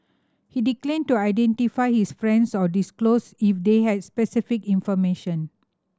he declined to identify his friends or disclose if they had specific information